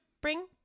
bring